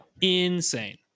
insane